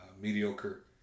Mediocre